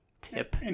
Tip